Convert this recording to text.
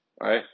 right